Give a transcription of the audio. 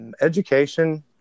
education